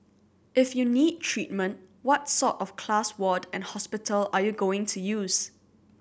if you need treatment what sort of class ward and hospital are you going to use